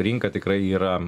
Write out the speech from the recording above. rinka tikrai yra